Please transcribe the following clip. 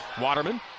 Waterman